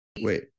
Wait